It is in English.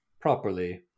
properly